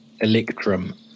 electrum